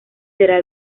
será